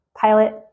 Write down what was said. pilot